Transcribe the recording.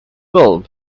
bulb